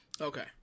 Okay